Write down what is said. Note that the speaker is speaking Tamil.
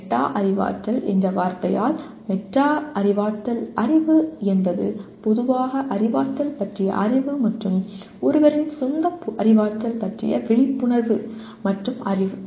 மெட்டா அறிவாற்றல் என்ற வார்த்தையால் மெட்டா அறிவாற்றல் அறிவு என்பது பொதுவாக அறிவாற்றல் பற்றிய அறிவு மற்றும் ஒருவரின் சொந்த அறிவாற்றல் பற்றிய விழிப்புணர்வு மற்றும் அறிவு